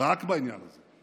רק בעניין הזה,